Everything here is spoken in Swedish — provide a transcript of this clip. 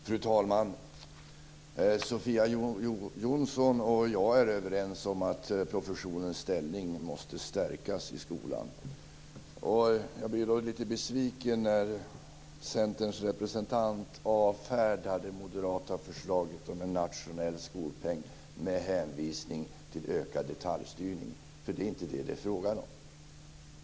Fru talman! Sofia Jonsson och jag är överens om att professionens ställning måste stärkas i skolan. Jag blir lite besviken när Centerns representant avfärdar det moderata förslaget om en nationell skolpeng med hänvisning till ökad detaljstyrning. Det är inte detta det är fråga om.